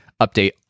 update